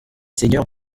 seigneurs